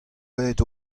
aet